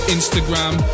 Instagram